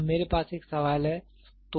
अब मेरे पास एक सवाल है